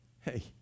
Hey